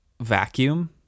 vacuum